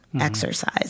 exercise